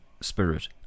Spirit